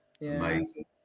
Amazing